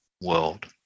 world